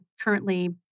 currently